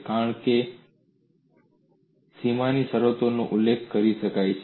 કારણ એ છે કે સીમાની શરતોનો ઉલ્લેખ કરી શકાય છે